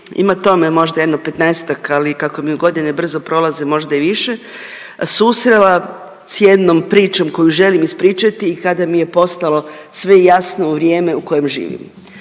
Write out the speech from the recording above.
ima tome možda jedno 15-tak, ali kako mi godine brzo prolaze možda i više, susrela s jednom pričom koju želim ispričati i kada mi je postalo sve jasno u vrijeme u kojem živim.